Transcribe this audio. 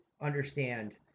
understand